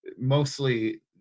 mostly